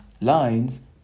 lines